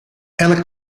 elk